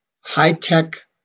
high-tech